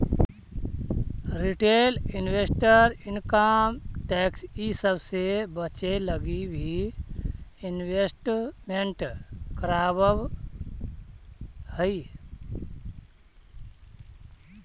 retail investor income tax इ सब से बचे लगी भी इन्वेस्टमेंट करवावऽ हई